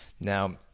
Now